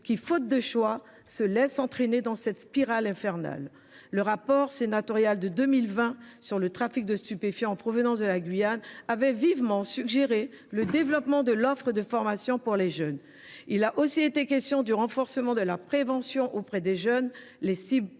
qui, faute de choix, se laissent entraîner dans cette spirale infernale. Le rapport sénatorial d’information de 2020 sur le trafic de stupéfiants en provenance de la Guyane suggère avec force le développement de l’offre de formation pour les jeunes. Il a aussi été question du renforcement de la prévention auprès des jeunes, les cibles